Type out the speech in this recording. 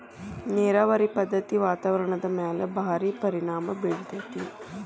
ನೇರಾವರಿ ಪದ್ದತಿ ವಾತಾವರಣದ ಮ್ಯಾಲ ಭಾಳ ಪರಿಣಾಮಾ ಬೇರತತಿ